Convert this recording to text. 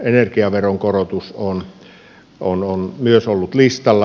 energiaveron korotus on myös ollut listalla